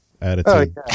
attitude